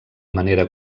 manera